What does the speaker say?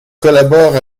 collabore